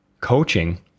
coaching